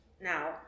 now